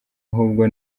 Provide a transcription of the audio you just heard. ahubwo